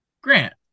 grant